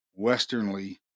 westernly